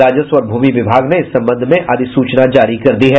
राजस्व और भूमि विभाग ने इस संबंध में अधिसूचना जारी कर दी है